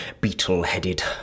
beetle-headed